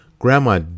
Grandma